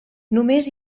només